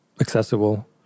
accessible